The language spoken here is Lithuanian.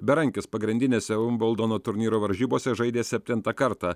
berankis pagrindinėse vumbldono turnyro varžybose žaidė septintą kartą